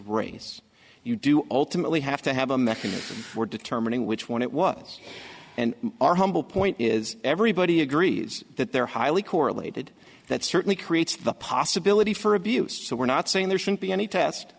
race you do alternately have to have a mechanism for determining which one it was and our humble point is everybody agrees that they're highly correlated that certainly creates the possibility for abuse so we're not saying there shouldn't be any test